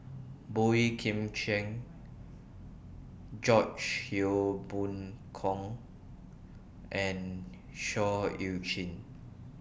Boey Kim Cheng George Yeo Yong Boon and Seah EU Chin